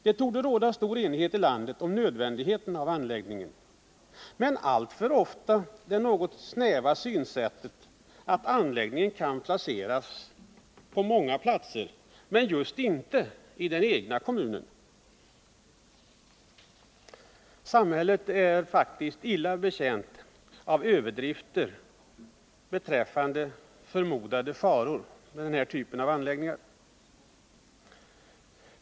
Det torde råda stor enighet i landet om nödvändigheten av anläggningen, men alltför ofta anförs det något snäva synsättet att anläggningen kan placeras på många platser men inte i den egna kommunen. Samhället är illa betjänt av överdrifter beträffande förmodade faror med den här typen av anläggningar.